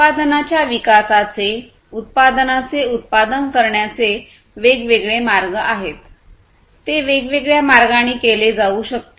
उत्पादनाच्या विकासाचे उत्पादनांचे उत्पादन करण्याचे वेगवेगळे मार्ग आहेत ते वेगवेगळ्या मार्गांनी केले जाऊ शकते